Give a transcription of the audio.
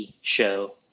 show